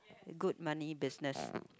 good money business